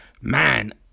man